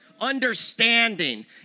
understanding